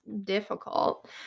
difficult